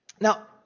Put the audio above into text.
Now